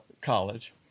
college